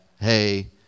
hey